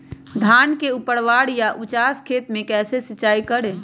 धान के ऊपरवार या उचास खेत मे कैसे सिंचाई करें?